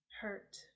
hurt